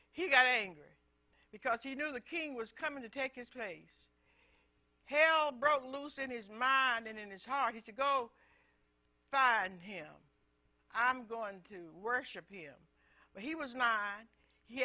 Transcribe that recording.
he got angry because he knew the king was coming to take his place harold broke loose in his mind and in his heart he to go fire and him i'm going to worship him but he was not he